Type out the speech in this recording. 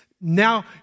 Now